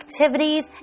activities